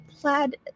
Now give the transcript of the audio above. plaid